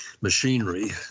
machinery